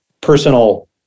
Personal